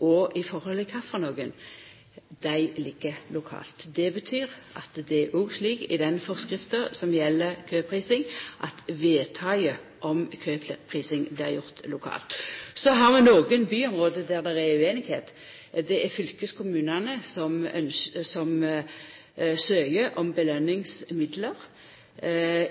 og i tilfelle kva, ligg lokalt. Det betyr òg i samband med den forskrifta som gjeld køprising, at vedtaket om køprising blir gjort lokalt. Så er det i nokre byområde usemje. Det er fylkeskommunane som søkjer om belønningsmidlar